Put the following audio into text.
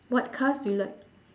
what cars do you like